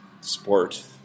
sport